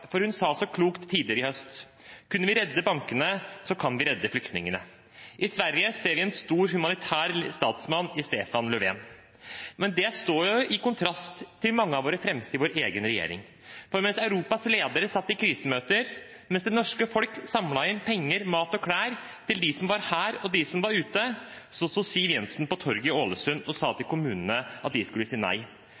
for hun sa så klokt tidligere i høst: Kunne vi redde bankene, så kan vi redde flyktningene. I Sverige ser vi en stor humanitær statsmann i Stefan Löfven. Men det står i kontrast til mange av våre fremste i vår egen regjering. For mens Europas ledere satt i krisemøter, mens det norske folk samlet inn penger, mat og klær til dem som var her, og dem som var ute, sto Siv Jensen på torget i Ålesund og sa til kommunene at de skulle si nei.